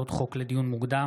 לדיון מוקדם,